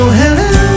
hello